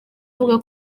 avuga